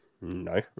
no